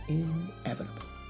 inevitable